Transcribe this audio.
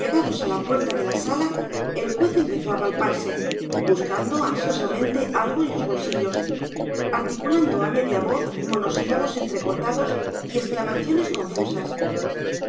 llegados a la puerta de la sala el juez empezó a palparse buscando ansiosamente algo en los bolsillos articulando a media voz monosílabos entrecortados y exclamaciones confusas